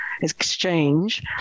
exchange